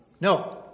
No